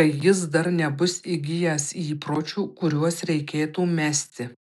kai jis dar nebus įgijęs įpročių kuriuos reikėtų mesti